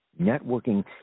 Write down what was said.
Networking